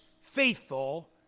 faithful